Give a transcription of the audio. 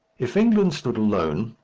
if england stood alone,